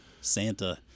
Santa